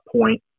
point